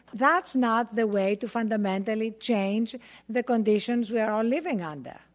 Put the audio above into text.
that's not the way to fundamentally change the conditions we are all living under.